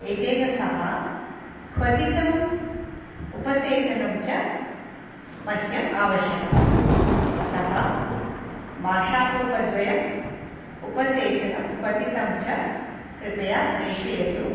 एतेन सह क्वथितम् उपसेचनं च मह्यम् आवश्यकम् अतः माषापूपद्वयम् उपसेचनं क्वथितं च कृपया प्रेशयतु